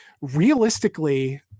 realistically